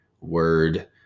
word